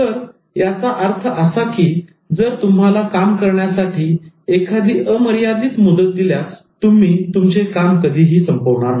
तर याचा अर्थ असा की जर तुम्हाला काम करण्यासाठी एखादी अमर्यादित मुदत दिल्यास तुम्ही तुमचे काम कधीही संपवणार नाही